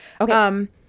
Okay